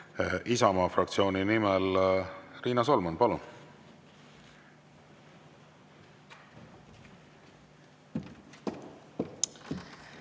Isamaa fraktsiooni nimel Riina Solmani. Palun!